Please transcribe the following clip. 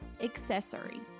accessory